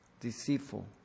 deceitful